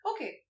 Okay